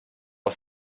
aus